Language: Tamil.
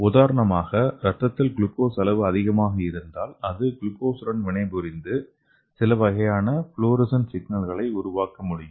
உதாரணமாக இரத்தத்தில் குளுக்கோஸ் அளவு அதிகமாக இருந்தால் அது குளுக்கோஸுடன் வினைபுரிந்து சில வகையான ஃப்ளோரசன் சிக்னலை உருவாக்க முடியும்